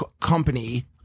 company